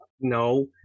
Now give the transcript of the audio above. No